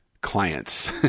clients